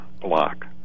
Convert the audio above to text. block